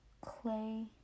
clay